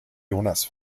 jonas